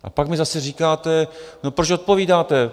A pak mi zase říkáte: Proč odpovídáte?